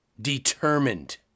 determined